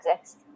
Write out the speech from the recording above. exist